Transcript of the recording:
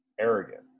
arrogant